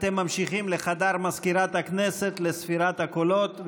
אתם ממשיכים לחדר מזכירת הכנסת לספירת הקולות,